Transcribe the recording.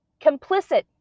complicit